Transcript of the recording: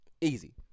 easy